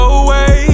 away